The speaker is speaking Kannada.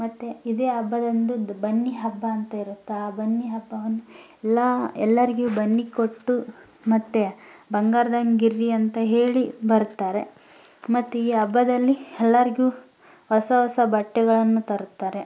ಮತ್ತು ಇದೇ ಹಬ್ಬದಂದು ಬನ್ನಿ ಹಬ್ಬ ಅಂತ ಇರುತ್ತೆ ಆ ಬನ್ನಿ ಹಬ್ಬವನ್ನು ಎಲ್ಲ ಎಲ್ಲರಿಗೂ ಬನ್ನಿ ಕೊಟ್ಟು ಮತ್ತು ಬಂಗಾರದ ಹಂಗಿರ್ರಿ ಅಂತ ಹೇಳಿ ಬರ್ತಾರೆ ಮತ್ತು ಈ ಹಬ್ಬದಲ್ಲಿ ಎಲ್ಲರಿಗೂ ಹೊಸ ಹೊಸ ಬಟ್ಟೆಗಳನ್ನು ತರುತ್ತಾರೆ